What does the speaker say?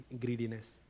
greediness